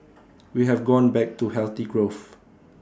we have gone back to healthy growth